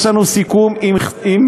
יש לנו סיכום עם מכתב,